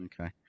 Okay